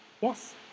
Yes